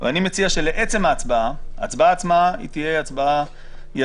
ואני מציע שההצבעה עצמה תהיה ידנית,